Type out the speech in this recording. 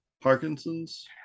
parkinson's